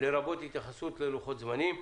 לרבות התייחסות ללוחות זמנים.